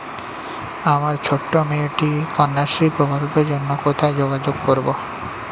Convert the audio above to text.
আমার ছোট্ট মেয়েটির কন্যাশ্রী প্রকল্পের জন্য কোথায় যোগাযোগ করব?